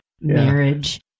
Marriage